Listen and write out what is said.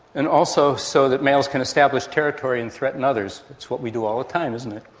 and also so that males can establish territory and threaten others. it's what we do all the time, isn't it.